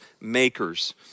makers